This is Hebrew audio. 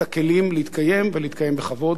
את הכלים להתקיים ולהתקיים בכבוד.